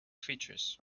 features